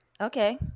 Okay